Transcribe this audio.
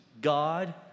God